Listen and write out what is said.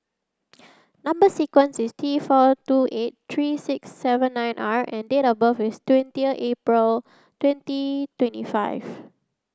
number sequence is T four two eight three six seven nine R and date of birth is twenty April twenty twenty five